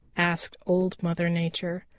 asked old mother nature.